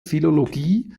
philologie